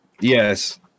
Yes